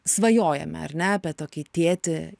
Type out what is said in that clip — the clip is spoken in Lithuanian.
svajojame ar ne apie tokį tėtį